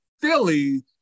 Philly